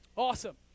awesome